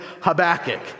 Habakkuk